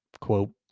quote